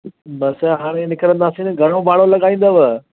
बसि हाणे निकरंदासीं न घणो भाड़ो लॻाईंदव